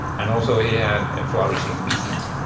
and also he had a flourishing business.